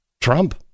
Trump